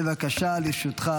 בבקשה, לרשותך שלוש דקות.